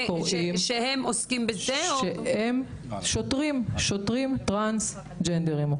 שני שוטרים טרנסים.